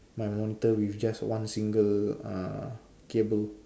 my monitor with just one single uh cable